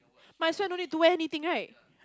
might as well don't need to wear anything right